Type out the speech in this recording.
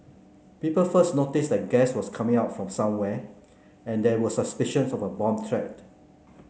people first noticed that gas was coming out from somewhere and there were suspicions of a bomb threat